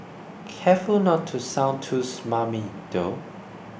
careful not to sound too smarmy though